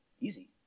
Easy